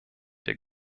der